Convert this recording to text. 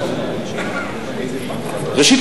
ראשית,